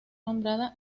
nombrada